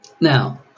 Now